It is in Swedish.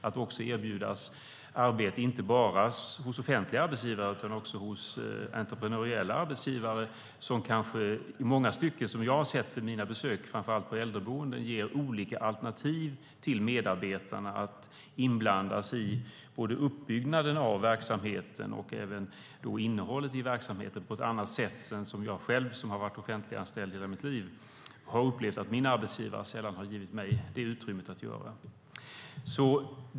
Då kan de erbjudas arbete inte bara hos offentliga arbetsgivare utan också hos entreprenöriella arbetsgivare som kanske i många stycken, som jag har sett vid mina besök på äldreboenden, ger olika alternativ till medarbetarna att inblanda sig i. Det kan handla både om uppbyggnaden av verksamheten och om att kunna påverka innehållet i verksamheten på ett annat sätt än vad till exempel jag själv, som har varit offentliganställd i hela mitt liv, har upplevt att min arbetsgivare har givit mig utrymme att göra.